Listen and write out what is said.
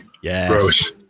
Yes